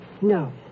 No